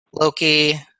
Loki